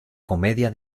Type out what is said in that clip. comedia